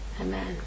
Amen